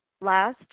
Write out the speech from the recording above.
last